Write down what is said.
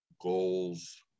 goals